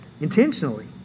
intentionally